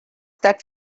that